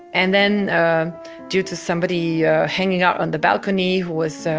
and then due to somebody yeah hanging out on the balcony who was, so